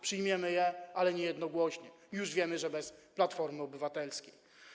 Przyjmiemy je, ale nie jednogłośnie, już wiemy, że bez Platformy Obywatelskiej.